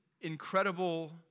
incredible